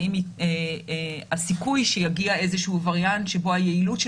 האם הסיכוי שיגיע איזשהו וריאנט שבו היעילות של